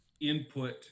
input